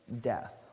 death